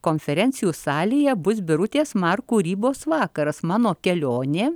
konferencijų salėje bus birutės mar kūrybos vakaras mano kelionė